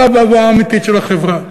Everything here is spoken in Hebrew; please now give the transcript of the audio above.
הוא הבבואה האמיתית של החברה.